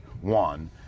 one